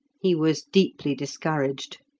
he was deeply discouraged.